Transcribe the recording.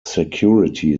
security